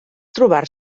trobar